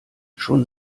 schon